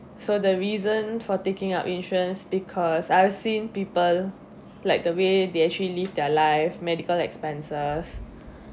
so the reason for taking up insurance because I've seen people like the way they actually live their life medical expenses